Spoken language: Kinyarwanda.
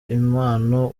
impano